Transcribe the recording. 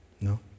No